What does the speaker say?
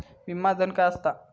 विमा धन काय असता?